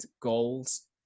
goals